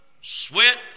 sweat